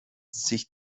sich